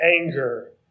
anger